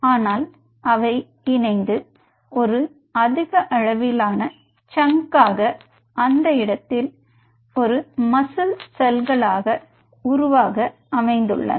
ஆனால் அவை இணைந்து ஒரு அதிக அளவிலான சங்காக அந்த இடத்தில் ஒரு மசில் செல்களாக உருவாக அமைந்துள்ளன